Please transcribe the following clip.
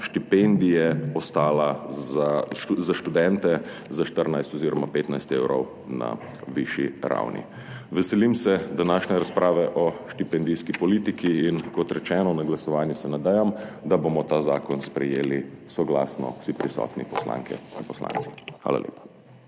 štipendije za študente ostala za 14 oziroma 15 evrov na višji ravni. Veselim se današnje razprave o štipendijski politiki in kot rečeno, na glasovanju se nadejam, da bomo ta zakon sprejeli soglasno vsi prisotni poslanke in poslanci. Hvala lepa.